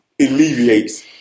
alleviates